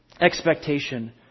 expectation